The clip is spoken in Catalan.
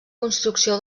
construcció